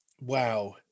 wow